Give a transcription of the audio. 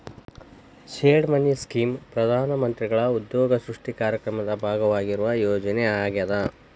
seed money scheme ಪ್ರಧಾನ ಮಂತ್ರಿಗಳ ಉದ್ಯೋಗ ಸೃಷ್ಟಿ ಕಾರ್ಯಕ್ರಮದ ಭಾಗವಾಗಿರುವ ಯೋಜನೆ ಆಗ್ಯಾದ